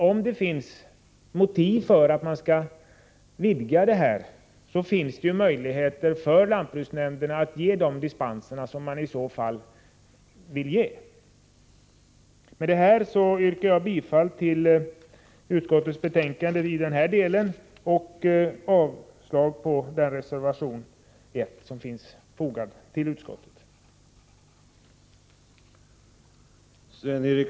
Om det finns motiv för att vidga en krets som undantas från skyldigheten att söka förvärvstillstånd, har ju lantbruksnämnderna möjlighet att ge dispenser. Med detta yrkar jag bifall till utskottets hemställan i den del som gäller släktförvärv och prisprövning m.m. och avslag på reservation 1 till utskottets betänkande.